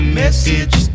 message